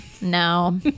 No